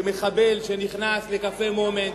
שמחבל שנכנס לקפה "מומנט",